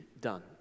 done